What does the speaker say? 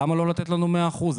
למה לא לתת לנו 100 אחוזים?